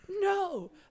no